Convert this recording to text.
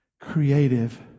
creative